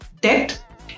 debt